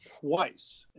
twice